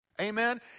Amen